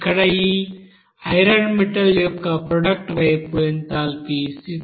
ఇక్కడ ఈ iron metal యొక్క ప్రోడక్ట్ వైపు ఎంథాల్పీ 68